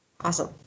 Awesome